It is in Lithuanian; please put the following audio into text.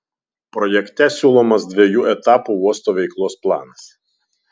projekte siūlomas dviejų etapų uosto veiklos planas